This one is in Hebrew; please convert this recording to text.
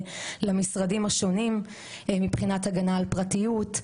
למשרדים השונים מבחינת הגנה על פרטיות,